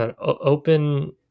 open